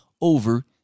over